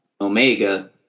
omega